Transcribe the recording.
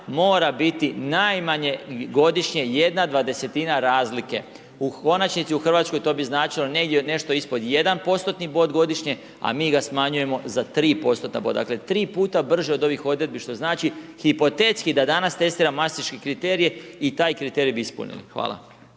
mora biti najmanje godišnje 1,20-tina razlike. U konačnici u Hrvatskoj to bi značilo negdje od nešto ispod 1%-tni bod godišnje, a mi ga smanjujemo za 3%-tna boda, dakle 3 puta brže od ovih odredbi što znači hipotetski da danas testiramo masteške kriterije i taj kriterij bi ispunili. Hvala.